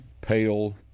pale